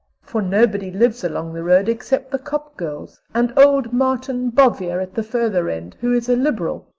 for nobody lives along the road except the copp girls and old martin bovyer at the further end, who is a liberal.